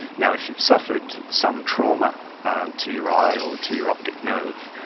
now if you've suffered some trauma and to your eye, or to your optic nerve,